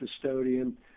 custodian